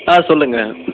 ஆ சொல்லுங்கள்